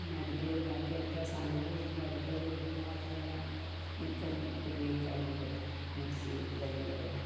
പിന്നെ അടുക്കളേല് ബാക്കി അടുക്കള സാമഗ്രികള് നമ്മള് അടുക്കള ജോലി എളുപ്പമാക്കാനുള്ള മിക്കതും ഉപയോഗിക്കാറുണ്ട് മിക്സി ഗ്രൈൻഡറ്